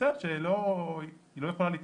תפיסה שהיא לא יכולה להתרחש.